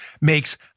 makes